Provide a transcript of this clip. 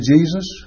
Jesus